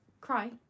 Cry